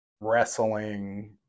wrestling